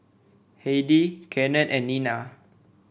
Heidi Cannon and Nina